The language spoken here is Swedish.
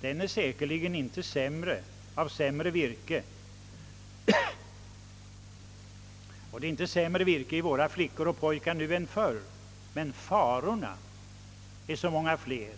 Det är säkerligen inte sämre virke i våra flickor och pojkar än förr, men farorna är så många fler.